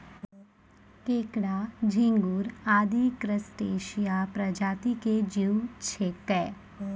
केंकड़ा, झिंगूर आदि क्रस्टेशिया प्रजाति के जीव छेकै